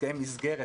הסכמי מסגרת,